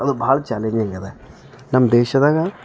ಅದು ಭಾಳ ಚಾಲೆಂಜಿಂಗ್ ಅದ ನಮ್ಮ ದೇಶದಾಗ